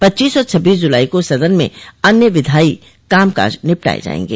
पच्चीस और छब्बीस जूलाई को सदन में अन्य विधायी कामकाज निपटाये जायेंगे